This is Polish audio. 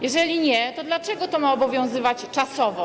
Jeżeli nie, to dlaczego to ma obowiązywać czasowo?